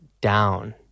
down